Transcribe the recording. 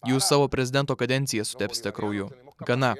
jūs savo prezidento kadenciją sutepsite krauju gana